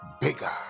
bigger